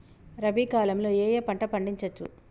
రబీ కాలంలో ఏ ఏ పంట పండించచ్చు?